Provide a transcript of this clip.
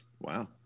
Wow